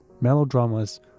Melodramas